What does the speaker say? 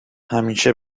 همیشه